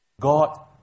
God